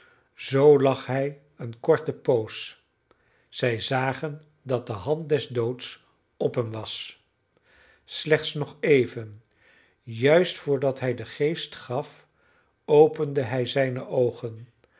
zoo lag hij een korte poos zij zagen dat de hand des doods op hem was slechts nog even juist vrdat hij den geest gaf opende hij zijne oogen